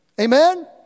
Amen